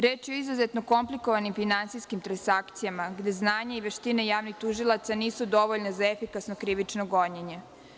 Reč je o izuzetno komplikovanim finansijskim transakcijama gde znanje i veštine javnih tužilaštva nisu dovoljne za efikasno krivično gonjenje.